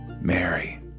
mary